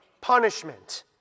punishment